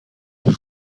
اون